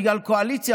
בגלל קואליציה,